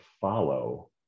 follow